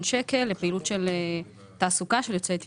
שקל לפעילות תעסוקה של יוצאי אתיופיה.